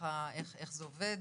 איך זה עובד?